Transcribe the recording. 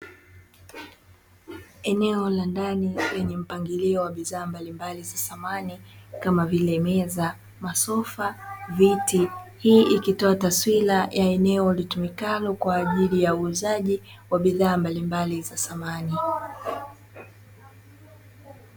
Eneo la ndani lenye mpangilio wa bidhaa mbalimbali za samani, kama vile meza, masofa, viti; hii ikitoa taswira ya eneo litumikalo kwa ajili ya uuzaji wa bidhaa mbalimbali za samani.